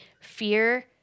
fear